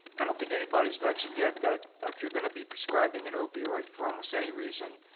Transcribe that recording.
i don't think anybody's mentioned yet that if you're gonna be prescribing an opioid for almost any reason,